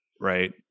right